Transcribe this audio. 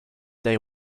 they